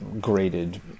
graded